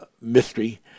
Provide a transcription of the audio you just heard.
mystery